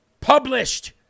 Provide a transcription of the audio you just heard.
published